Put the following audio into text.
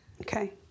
Okay